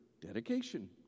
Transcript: dedication